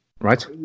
Right